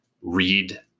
Read